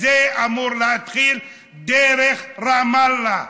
וזה אמור להתחיל דרך רמאללה,